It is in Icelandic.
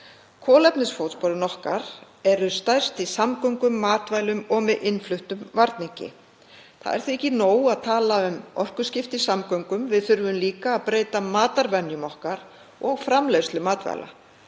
Kolefnisfótspor okkar er stærst í samgöngum, matvælum og með innfluttum varningi. Það er því ekki nóg að tala um orkuskipti í samgöngum, við þurfum líka að breyta matarvenjum okkar og framleiðslu matvæla.